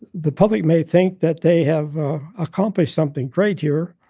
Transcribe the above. the public may think that they have accomplished something great here.